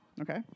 Okay